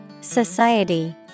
Society